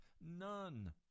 None